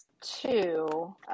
two